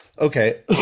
Okay